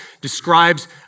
describes